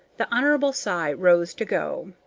the hon. cy rose to go.